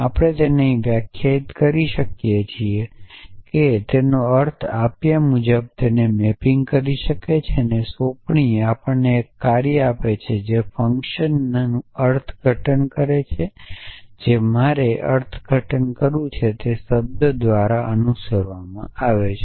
આપણે અહીં તેને વ્યાખ્યાયિત કરી શકીએ છીએ કે તે એક અર્થ આપ્યા મુજબ તેને મેપિંગ કરે છે અને સોંપણી આપણને એક કાર્ય આપે છે જે ફંક્શન નામનું અર્થઘટન કરે છે જે મારે જે અર્થઘટન કરવું છે તે દરેક શબ્દ દ્વારા અનુસરવામાં આવે છે